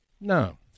No